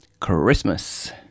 Christmas